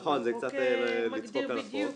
נכון, זה קצת לצחוק על החוק.